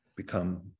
Become